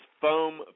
foam